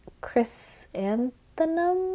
chrysanthemum